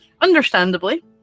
Understandably